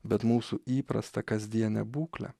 bet mūsų įprastą kasdienę būklę